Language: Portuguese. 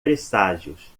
presságios